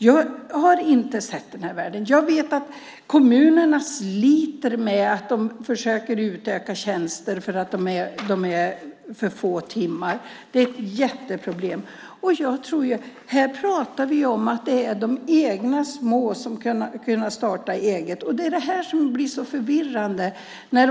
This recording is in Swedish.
Jag har inte sett den världen. Jag vet att kommunerna sliter och försöker utöka tjänster för att det är för få timmar. Det är ett jätteproblem. Här pratar vi om att det är de egna små som kan starta eget. Det är det här som blir så förvirrande.